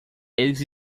eles